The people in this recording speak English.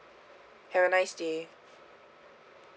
have a nice day